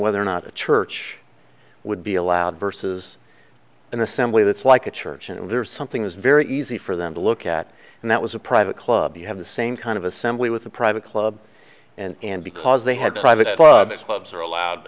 whether or not a church would be allowed versus an assembly that's like a church and there's something that's very easy for them to look at and that was a private club you have the same kind of assembly with a private club and and because they had private clubs clubs are allowed